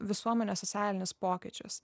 visuomenės sosialinius pokyčius